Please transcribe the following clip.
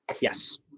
Yes